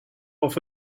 off